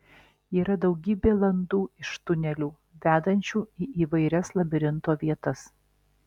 yra daugybė landų iš tunelių vedančių į įvairias labirinto vietas